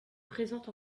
présente